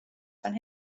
fan